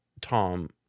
Tom